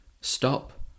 stop